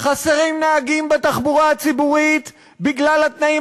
חסרים נהגים בתחבורה הציבורית בגלל התנאים